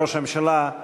ראש הממשלה,